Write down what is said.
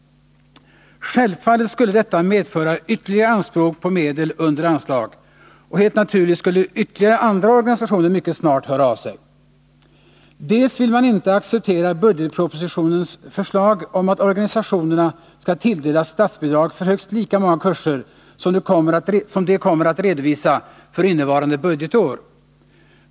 Självfallet skulle detta medföra ytterligare anspråk på medel under anslaget, och då skulle ett utökat antal organisationer mycket snart höra av sig. För det andra vill man inte acceptera budgetpropositionens förslag om att organisationerna skall tilldelas statsbidrag för högst lika många kurser som de kommer att redovisa för innevarande budgetår.